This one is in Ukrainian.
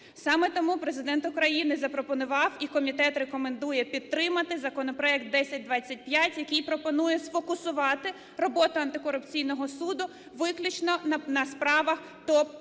Саме тому Президент України запропонував, і комітет рекомендує підтримати, законопроект 1025, який пропонує сфокусувати роботу антикорупційного суду виключно на справах